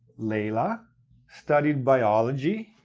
layla studied biology